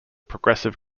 progressive